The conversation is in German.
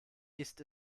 ist